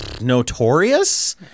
notorious